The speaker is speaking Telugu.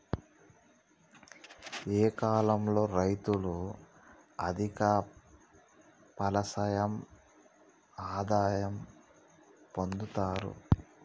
ఏ కాలం లో రైతులు అధిక ఫలసాయం ఆదాయం పొందుతరు?